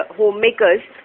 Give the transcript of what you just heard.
homemakers